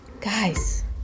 guys